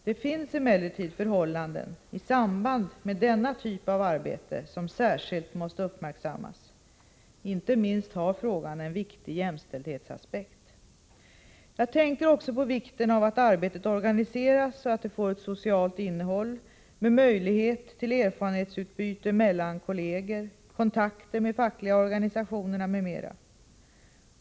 Det finns emellertid förhållanden i samband med denna typ av arbeten som särskilt måste uppmärksammas. Inte minst har frågan en viktig jämställdhetsaspekt. Jag tänker också på vikten av att arbetet organiseras så att det får ett socialt innehåll med möjlighet till erfarenhetsutbyte mellan kolleger, kontakter med de fackliga organisationerna m.m.